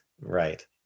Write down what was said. right